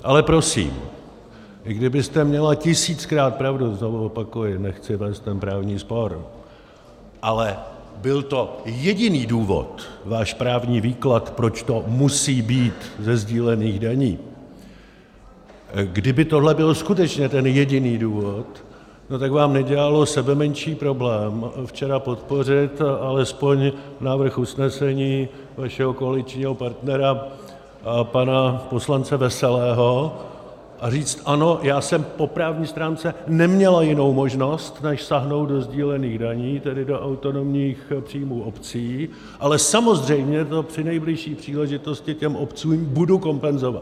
Ale prosím, i kdybyste měla tisíckrát pravdu znovu opakuji, nechci vést ten právní spor ale byl to jediný důvod, váš právní výklad, proč to musí být ze sdílených daní, kdyby tohle byl skutečně ten jediný důvod, tak vám nedělalo sebemenší problém včera podpořit alespoň návrh usnesení vašeho koaličního partnera pana poslance Veselého a říct ano, já jsem po právní stránce neměla jinou možnost než sáhnout do sdílených daní, tedy do autonomních příjmů obcí, ale samozřejmě to při nejbližší příležitosti těm obcím budu kompenzovat.